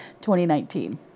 2019